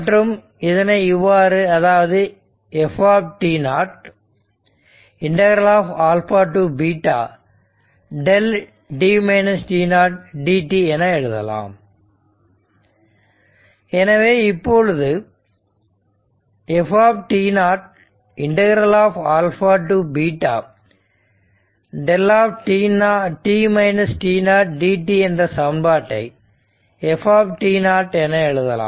மற்றும் இதனை இவ்வாறு அதாவது f to ∫ δ dt என எழுதலாம் எனவே இப்பொழுது f to ∫ δ dt என்ற சமன்பாட்டை f என எழுதலாம்